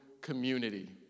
community